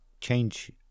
change